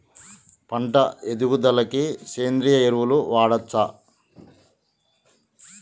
పంట ఎదుగుదలకి సేంద్రీయ ఎరువులు వాడచ్చా?